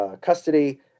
custody